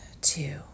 two